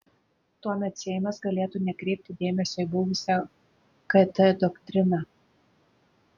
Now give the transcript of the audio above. tuomet seimas galėtų nekreipti dėmesio į buvusią kt doktriną